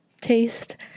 taste